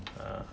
err